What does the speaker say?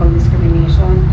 discrimination